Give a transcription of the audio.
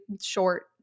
short